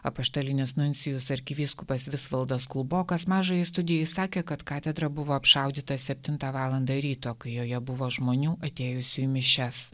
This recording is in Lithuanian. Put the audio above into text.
apaštalinis nuncijus arkivyskupas visvaldas kulbokas mažajai studijai sakė kad katedra buvo apšaudyta septintą valandą ryto kai joje buvo žmonių atėjusių į mišias